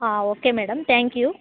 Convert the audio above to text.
okay madam thank you